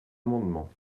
amendement